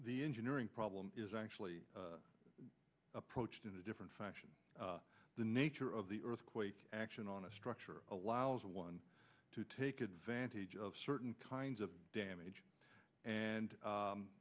the engineering problem is actually approached in a different fashion the nature of the earthquake action on a structure allows one to take advantage of certain kinds of damage and